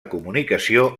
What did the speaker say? comunicació